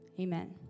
Amen